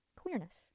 queerness